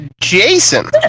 Jason